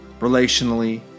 relationally